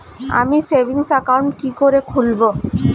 আমি savings account কি করে খুলব?